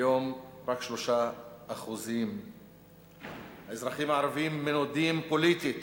היום רק 3%. האזרחים הערבים מנודים פוליטית